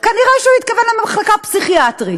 כנראה הוא התכוון למחלקה הפסיכיאטרית.